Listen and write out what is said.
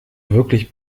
wirklich